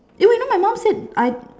eh wait you know my mum said I